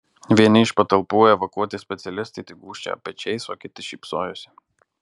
vieni iš patalpų evakuoti specialistai tik gūžčiojo pečiais o kiti šypsojosi